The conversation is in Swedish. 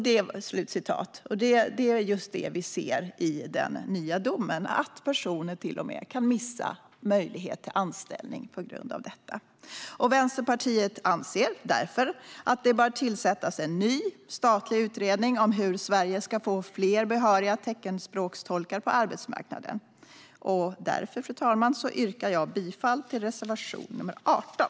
Det är just detta vi ser i den nya domen, att personer till och med kan missa möjlighet till anställning på grund av detta. Vänsterpartiet anser därför att det bör tillsättas en ny statlig utredning om hur Sverige ska få fler behöriga teckenspråkstolkar på arbetsmarknaden. Därför, fru talman, yrkar jag bifall till reservation 18.